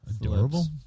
Adorable